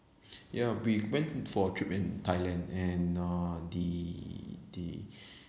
ya we went for a trip in thailand and uh the the